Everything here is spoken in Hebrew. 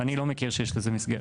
אני לא מכיר שיש לזה מסגרת.